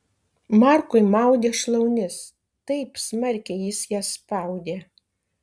markui maudė šlaunis taip smarkiai jis jas spaudė